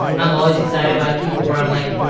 i'm always excited by people where i'm like,